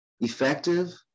effective